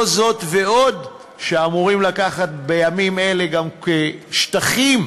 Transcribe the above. לא זאת ועוד שאמורים לקחת בימים אלה גם שטחים,